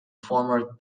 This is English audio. former